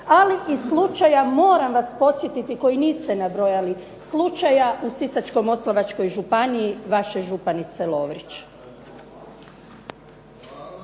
ali i slučaja moram vas podsjetiti koji niste nabrojali, slučaja u Sisačko-moslavačkoj županiji vaše županice Lovrić.